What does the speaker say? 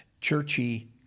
churchy